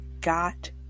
got